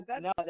no